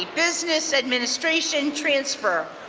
business administration transfer,